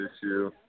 issue